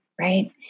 right